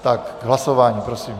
K hlasování prosím.